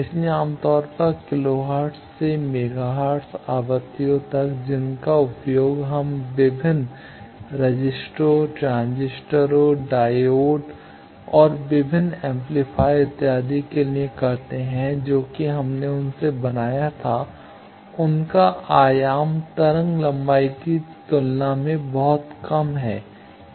इसलिए आमतौर पर किलोहर्ट्ज़ से मेगाहर्ट्ज़ आवृत्तियों तक जिसका उपयोग हम विभिन्न रजिस्टरों ट्रांजिस्टर डायोड और विभिन्न एम्पलीफायरों इत्यादि के लिए करते हैं जो कि हमने उनसे बनाया था उनका आयाम तरंग लंबाई की तुलना में बहुत कम है